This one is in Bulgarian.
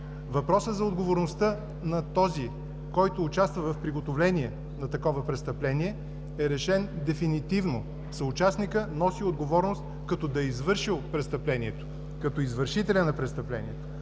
Въпросът за отговорността на този, който участва в приготовление на такова престъпление, е решен дефинитивно. Съучастникът носи отговорност като да е извършвал престъплението, като извършителя му. Смесването